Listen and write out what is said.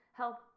help